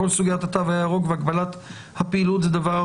כל סוגיית התו הירוק והגבלת הפעילות זה דבר